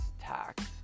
tax